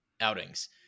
outings